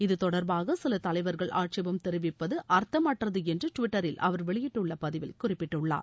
இது தொடர்பாக சில தலைவர்கள் ஆட்சேபம் தெரிவிப்பது அர்த்தமற்றது என்று டுவிட்டரில் அவர் வெளியிட்டுள்ள பதிவில் குறிப்பிட்டுள்ளார்